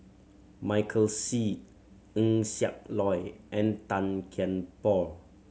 Michael Seet Eng Siak Loy and Tan Kian Por